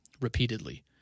repeatedly